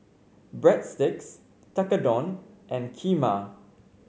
Breadsticks Tekkadon and Kheema